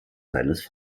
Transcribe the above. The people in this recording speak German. seines